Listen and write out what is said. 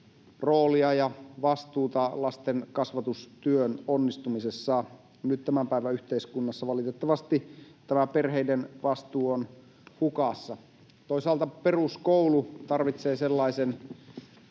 roolia ja vastuuta lastenkasvatustyön onnistumisessa. Nyt tämän päivän yhteiskunnassa valitettavasti tämä perheiden vastuu on hukassa. Toisaalta peruskoulu tarvitsee sellaisen